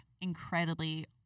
incredibly